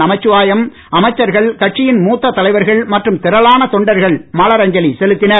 நமச்சிவாயம் அமைச்சர்கள் கட்சியின் மூத்த தலைவர்கள் மற்றும் திரளான தொண்டர்கள் மலரஞ்சலி செலுத்தினர்